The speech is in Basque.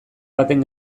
baten